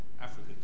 Africa